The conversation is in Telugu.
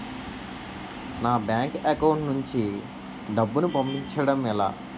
నా బ్యాంక్ అకౌంట్ నుంచి డబ్బును పంపించడం ఎలా?